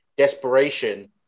desperation